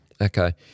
Okay